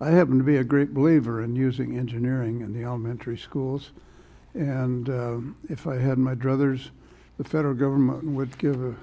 i happen to be a great believer in using engineering in the elementary schools and if i had my druthers the federal government would give